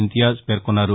ఇంతియాజ్ పేర్కొన్నారు